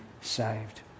saved